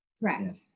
Correct